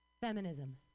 Feminism